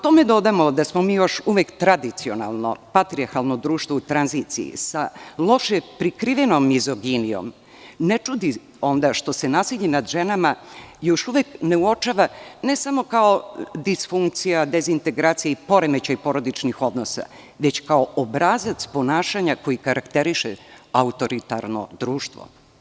Ako tome dodamo da smo mi još uvek tradicionalno, patrijarhalno društvo u tranziciji sa loše prikrivenom mizoginijom, ne čudi onda što se nasilje nad ženama još uvek ne uočava ne samo kao disfunkcija, dezintegracija i poremećaj porodičnih odnosa, već kao obrazac ponašanja koji karakteriše autoritarno društvo.